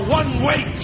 one-way